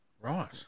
Right